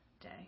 day